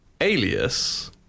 Alias